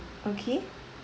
okay